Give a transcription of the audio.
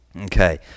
Okay